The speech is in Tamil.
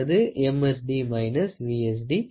D - V